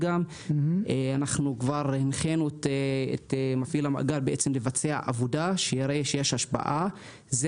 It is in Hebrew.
הנחנו את מפעיל המאגר לבצע עבודה שתראה שיש השפעה אלה